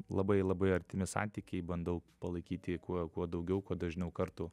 labai labai artimi santykiai bandau palaikyti kuo kuo daugiau kuo dažniau kartų